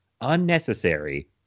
unnecessary